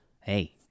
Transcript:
Hey